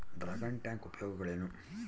Dragon tank ಉಪಯೋಗಗಳೇನು?